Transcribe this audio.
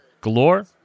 galore